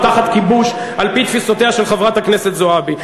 הבניין הזה הוא תחת כיבוש על-פי תפיסותיה של חברת הכנסת זועבי.